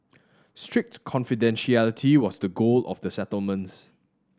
strict confidentiality was the goal of the settlements